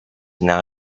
now